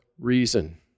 reason